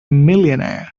millionaire